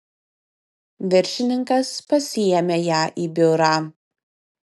viršininkas pasiėmė ją į biurą